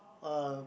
um